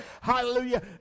hallelujah